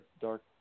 dark